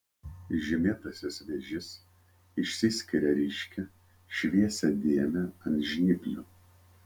žymėtasis vėžys išsiskiria ryškia šviesia dėme ant žnyplių